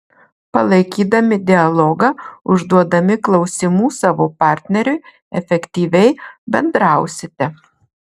palaikydami dialogą užduodami klausimų savo partneriui efektyviai bendrausite